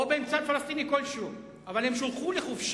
או בין צד פלסטיני כלשהו, אבל הם שולחו לחופשי.